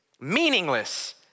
meaningless